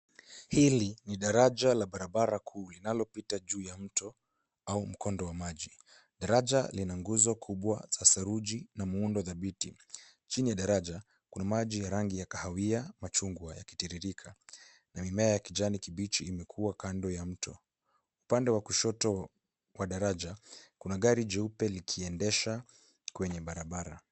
Hili ni daraja la barabara kuu linalopita juu ya mto au mkondo wa maji. Daraja lina nguzo kubwa za saruji na muundo thabiti, chini ya daraja kuna maji ya kahawia machungwa yakitiririka na mimea ya kijani kibichi yamekuwa kando ya mto. Upande wa kushoto wa daraja kuna gari jeupe likiendesha kwenye barabara.